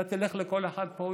אתה תלך לכל אחד פה,